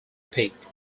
pick